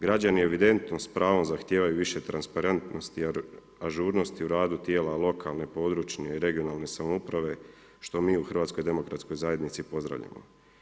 Građani evidentno s pravom zahtijevaju više transparentnosti i ažurnosti u radu tijela lokalne, područne i regionalne samouprave što mi u HDZ-u pozdravljamo.